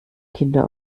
kinder